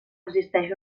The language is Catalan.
existeix